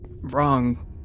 Wrong